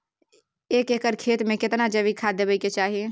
एक एकर खेत मे केतना जैविक खाद देबै के चाही?